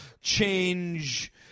change